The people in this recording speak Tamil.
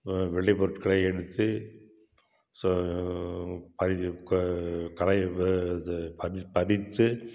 வா வெளிப்பொருட்களை எடுத்து சா அதில் கா களை வா இது பறி பறித்து